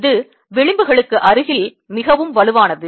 இது விளிம்புகளுக்கு அருகில் மிகவும் வலுவானது